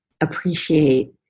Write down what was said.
appreciate